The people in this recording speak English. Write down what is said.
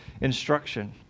instruction